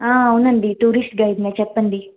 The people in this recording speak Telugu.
ఆ అవునండి టూరిస్ట్ గైడ్ నే చెప్పండి